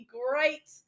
great